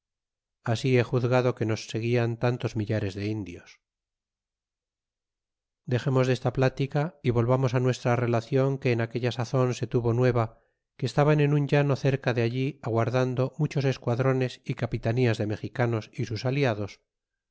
así he juzgado que nos seguian tantos millares de indios dexemos desta pltica y volvamos nuestra relacion que en aquella sazon se tuvo nueva que estaban en un llano cerca de allí aguardando muchos esquadrones y capitanías de mexicanos é sus aliados